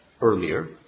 earlier